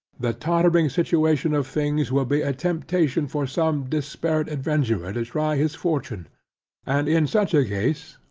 the tottering situation of things, will be a temptation for some desperate adventurer to try his fortune and in such a case,